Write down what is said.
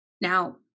Now